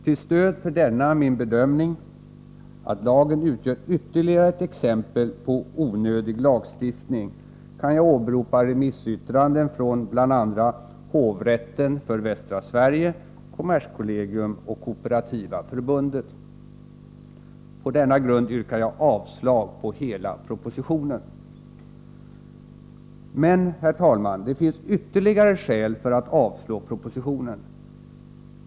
Till stöd för denna min bedömning — att lagen utgör ytterligare ett exempel på onödig lagstiftning — kan jag åberopa remissyttranden från bl.a. hovrätten för Västra Sverige, kommerskollegium och Kooperativa förbundet. På denna grund yrkar jag avslag på hela propositionen. Men, herr talman, det finns ytterligare skäl för ett avslag på propositionen.